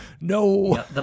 no